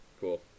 Cool